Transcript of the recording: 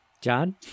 John